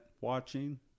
watching